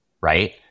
right